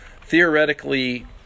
theoretically